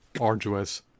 arduous